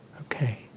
okay